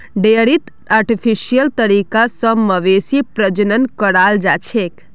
डेयरीत आर्टिफिशियल तरीका स मवेशी प्रजनन कराल जाछेक